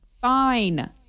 Fine